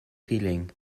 feeling